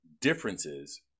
differences